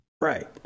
right